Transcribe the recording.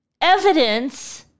evidence